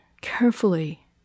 carefully